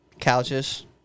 Couches